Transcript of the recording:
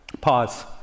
pause